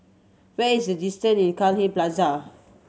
where is the distance in Cairnhill Plaza